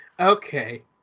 Okay